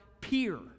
peer